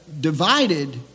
divided